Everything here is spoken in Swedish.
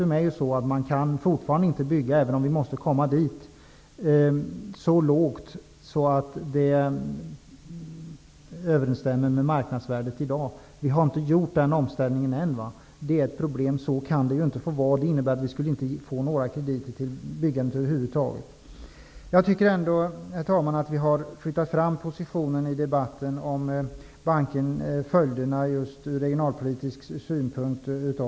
Man kan fortfarande inte bygga med så låga produktionskostnader att de överensstämmer med dagens marknadsvärde. Den omställningen har ännu inte gjorts, och det är ett problem. Så kan det inte få fortsätta. Det innebär att det inte skulle bli några krediter för byggande över huvud taget. Herr talman! Jag tycker ändå att vi har flyttat fram positionen i debatten om följderna av bankkrisen från regionalpolitisk synpunkt.